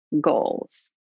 goals